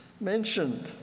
mentioned